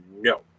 No